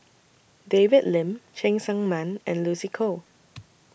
David Lim Cheng Tsang Man and Lucy Koh